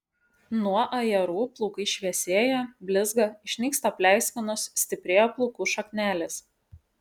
nuo ajerų plaukai šviesėja blizga išnyksta pleiskanos stiprėja plaukų šaknelės